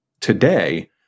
today